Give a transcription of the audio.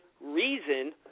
reason